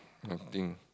nothing